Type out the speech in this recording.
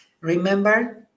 remember